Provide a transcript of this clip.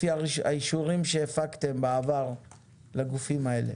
לפי האישורים שהפקתם בעבר לגופים האלה.